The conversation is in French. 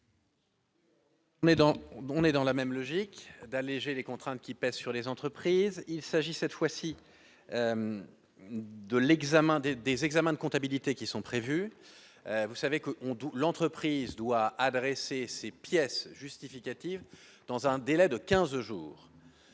on est dans la même logique d'alléger les contraintes qui pèsent sur les entreprises, il s'agit cette fois-ci de l'examen des des examens de comptabilité qui sont prévues, vous savez que, on doit l'entreprise doit adresser ses pièces justificatives dans un délai de 15 jours.